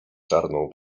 czarną